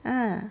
ah